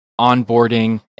onboarding